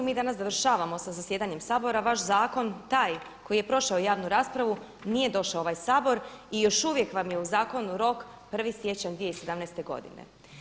Mi danas završavamo sa zasjedanjem Sabora, vaš zakon taj koji je prošao javnu raspravu nije došao u ovaj Sabor i još uvijek vam je u zakonu rok 1. siječanj 2017. godine.